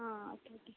ആ okay okay